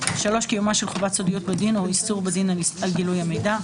קיומה של חובת סודיות בדין או איסור בדין על גילוי המידע,